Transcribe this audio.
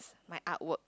my artwork